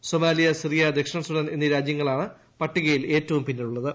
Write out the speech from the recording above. സ്റ്റ്മാലിയ Syria ദക്ഷിണ Sudan എന്നീ രാജ്യങ്ങളാണ് പ്പട്ടികയിൽ ഏറ്റവും പിന്നിലുള്ളത്